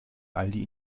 aldi